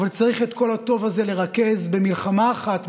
אבל צריך את כל הטוב הזה לרכז במלחמה אחת,